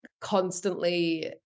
constantly